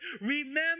remember